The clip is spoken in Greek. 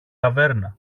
ταβέρνα